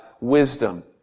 wisdom